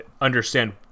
understand